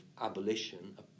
abolition